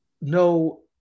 no